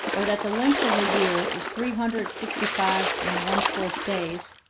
or that the length of the year is three hundred sixty-five and one fourth days,